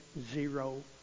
zero